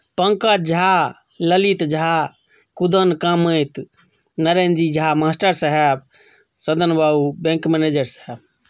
Pankaj Jha Lalit Jha Kudan Kamati Narayanji Jha master साहेब सदन बाबू bank manager साहेब